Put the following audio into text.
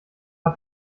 hat